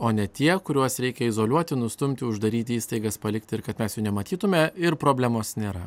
o ne tie kuriuos reikia izoliuoti nustumti uždaryt į įstaigas palikti ir kad mes jų nematytume ir problemos nėra